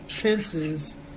pence's